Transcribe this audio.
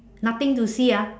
nothing to see ah